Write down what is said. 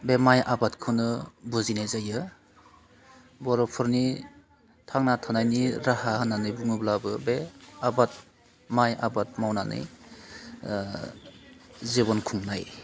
बे माय आबादखौनो बुजिनाय जायो बर'फोरनि थांना थानायनि राहा होन्नानै बुङोब्लाबो बे आबाद माय आबाद मावनानै जिबन खुंलायो